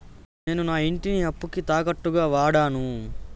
నేను నా ఇంటిని అప్పుకి తాకట్టుగా వాడాను